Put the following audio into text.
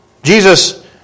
Jesus